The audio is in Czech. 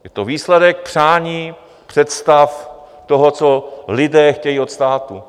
Je to výsledek přání, představ toho, co lidé chtějí od státu.